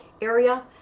area